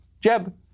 Jeb